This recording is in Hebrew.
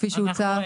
כפי שהוצע?